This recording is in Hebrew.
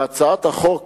בהצעת החוק